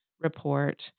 report